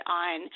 on